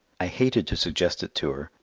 i hated to suggest it to her,